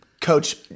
Coach